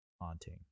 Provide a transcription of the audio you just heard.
haunting